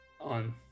on